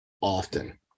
often